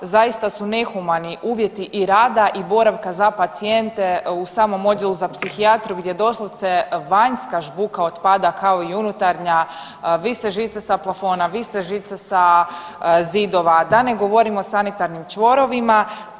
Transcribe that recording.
Zaista su nehumani uvjeti i rada i boravka za pacijente u samom odjelu za psihijatriju gdje doslovce vanjska žbuka otpada kao i unutarnja, vise žice sa plafona, vise žice sa zidova, da ne govorim o sanitarnim čvorovima.